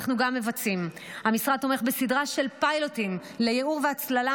אנחנו גם מבצעים: המשרד תומך בסדרה של פיילוטים לייעור והצללה